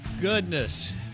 goodness